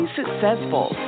successful